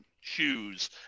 shoes